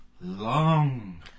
long